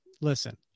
listen